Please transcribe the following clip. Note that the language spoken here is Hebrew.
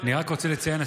אני רק רוצה לציין,